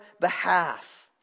behalf